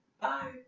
Bye